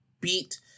beat